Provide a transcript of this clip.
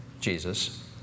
Jesus